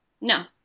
No